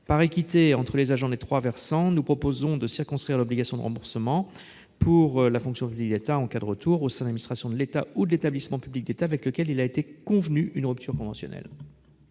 Par équité entre les agents des trois versants, nous proposons de circonscrire l'obligation de remboursement pour les agents de la fonction publique de l'État en cas de retour au sein de l'administration de l'État ou de l'établissement public d'État avec lequel il a été convenu une rupture conventionnelle.